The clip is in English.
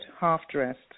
half-dressed